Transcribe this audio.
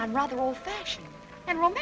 i'm rather old fashioned and roman